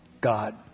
God